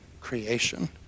creation